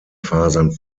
fasern